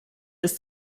ist